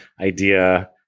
idea